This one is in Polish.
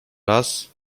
raz